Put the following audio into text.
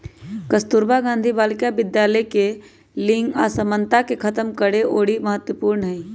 कस्तूरबा गांधी बालिका विद्यालय लिंग असमानता के खतम करेके ओरी महत्वपूर्ण हई